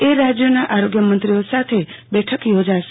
એ રાજયોના આરોગ્ય મંત્રીઓ સાથે બઠક યોજાશે